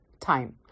time